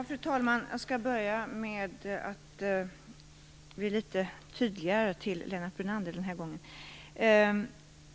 Fru talman! Jag skall börja med att bli litet tydligare i mitt svar till Lennart Brunander den här gången.